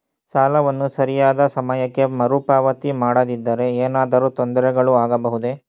ಸಾಲವನ್ನು ಸರಿಯಾದ ಸಮಯಕ್ಕೆ ಮರುಪಾವತಿ ಮಾಡದಿದ್ದರೆ ಏನಾದರೂ ತೊಂದರೆಗಳು ಆಗಬಹುದೇ?